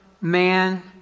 man